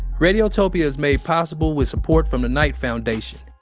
radiotopia is made possible with support from the knight foundation.